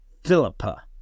Philippa